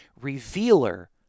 revealer